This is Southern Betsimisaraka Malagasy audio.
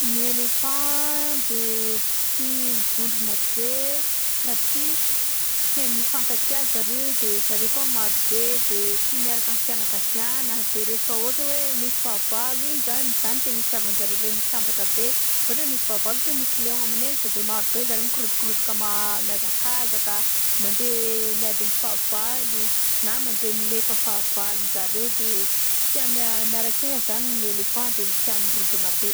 Ny elefanta de tia mivondrona be satria tia mifankatia ry zareo de zareo ko maro be de tia miaraka amin'ny fiagnakaviana de rehefa ôhatra hoe misy fahavalo igny zany zany no tena itiavanjareo le mitambatra be ôhatra hoe misy fahavalo ôhatra hoe misy lion manenjika de maro be ry zareo mikorotokorotoka ma- miazakazaka mandeha miady amy fahavalo na mandeha milefa fahavalon'zareo de tia miara- miaran-kina zany ny elefant de tia mirodona be